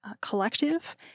collective